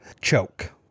Choke